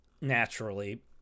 naturally